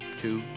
two